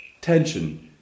tension